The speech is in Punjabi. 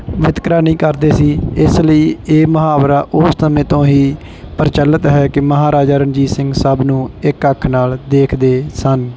ਵਿਤਕਰਾ ਨਹੀਂ ਕਰਦੇ ਸੀ ਇਸ ਲਈ ਇਹ ਮੁਹਾਵਰਾ ਉਸ ਸਮੇਂ ਤੋਂ ਹੀ ਪ੍ਰਚਲਿਤ ਹੈ ਕਿ ਮਹਾਰਾਜਾ ਰਣਜੀਤ ਸਿੰਘ ਸਭ ਨੂੰ ਇੱਕ ਅੱਖ ਨਾਲ ਦੇਖਦੇ ਸਨ